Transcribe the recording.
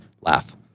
laugh